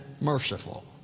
merciful